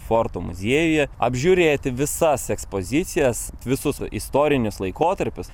forto muziejuje apžiūrėti visas ekspozicijas visus istorinius laikotarpius